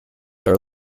are